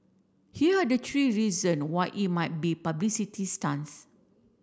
here are the three reason why it might be publicity stunts